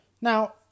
Now